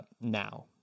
now